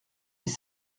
dix